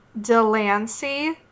Delancey